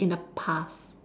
in the past